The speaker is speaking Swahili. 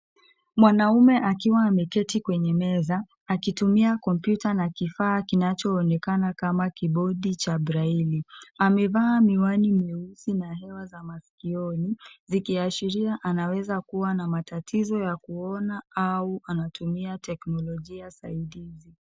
Mwanaume akiwa ameketi kwenye meza, akitumia kompyuta na kifaa kinachoonekana kama kibodi cha braili. Amevaa miwani mieusi na hewa za masikioni zikiashiria anaweza kuwa na matatizo ya kuona au anatumia teknolojia saidii.